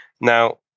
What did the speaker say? Now